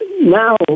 Now